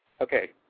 Okay